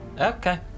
okay